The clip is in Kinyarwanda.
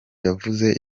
yavuze